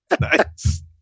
Nice